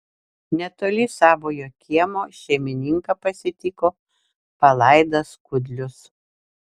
netoli savojo kiemo šeimininką pasitiko palaidas kudlius